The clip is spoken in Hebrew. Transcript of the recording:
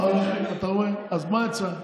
מאריכים את החוק כפי שהוא.